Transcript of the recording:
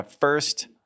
first